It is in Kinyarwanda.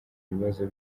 bibazo